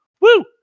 woo